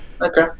Okay